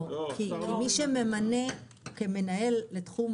לא, כי מי שממנה כמנהל על תחום